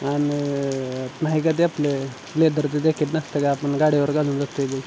आणि नाही का ते आपले लेदरचे जॅकेट नसतं का आपण गाडीवर घालून जातो आहे ते